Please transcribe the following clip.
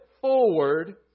forward